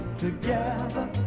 together